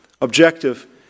objective